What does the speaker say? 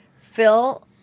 phil